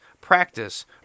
practice